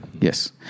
Yes